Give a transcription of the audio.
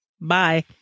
Bye